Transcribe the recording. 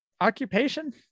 occupation